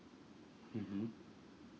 mmhmm